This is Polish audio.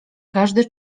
każdy